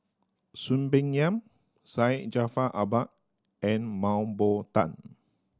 Soon Peng Yam Syed Jaafar Albar and Mah Bow Tan